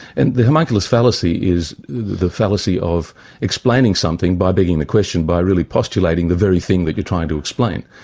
and the homunculus fallacy is the fallacy of explaining something by begging the question, by really postulating the very thing that you're trying to explain.